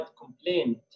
complaint